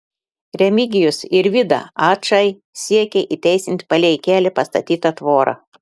remigijus ir vida ačai siekia įteisinti palei kelią pastatytą tvorą